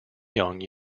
young